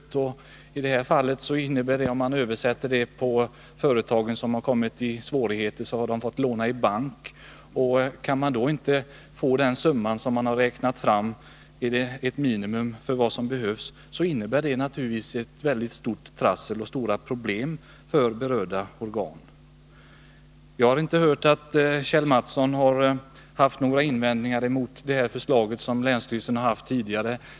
Om man överför detta på företagen, så innebär det att de företagare som kommit i svårigheter måste låna i bank, och kan de inte få den minimisumma som behövs blir det naturligtvis väldigt mycket trassel och stora problem för de berörda. Jag har inte hört att Kjell Mattsson haft några invändningar emot det här förslaget, som länsstyrelsen fört fram tidigare.